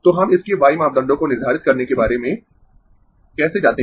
तो हम इसके y मापदंडों को निर्धारित करने के बारे में कैसे जाते है